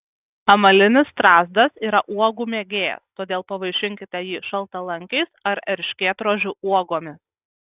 amalinis strazdas yra uogų mėgėjas todėl pavaišinkite jį šaltalankiais ar erškėtrožių uogomis